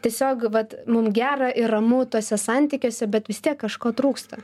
tiesiog vat mum gera ir ramu tuose santykiuose bet vis tiek kažko trūksta